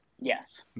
Yes